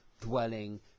dwelling